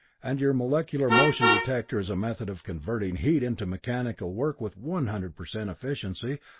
and your molecular motion director is a method of converting heat into mechanical work with one hundred per cent efficiency,